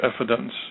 evidence